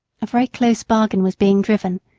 a very close bargain was being driven,